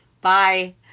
Bye